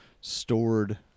stored